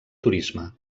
turisme